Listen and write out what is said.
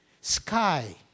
Sky